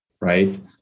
right